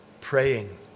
praying